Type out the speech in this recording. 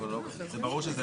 זה ברור,